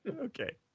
okay